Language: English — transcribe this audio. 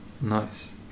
Nice